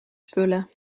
spullen